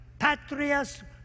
Patrias